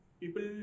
people